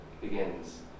begins